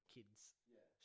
kids